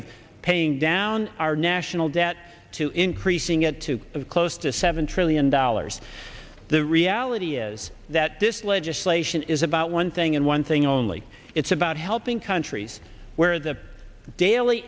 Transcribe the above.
of paying down our national debt to increasing it to close to seven trillion dollars the reality is that this legislation is about one thing and one thing only it's about helping countries where the